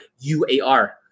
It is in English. UAR